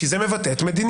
כי זה מבטא את מדיניותו.